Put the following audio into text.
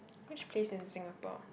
which place in Singapore